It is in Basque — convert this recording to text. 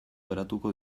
geratuko